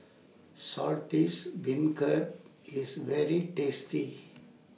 Saltish Beancurd IS very tasty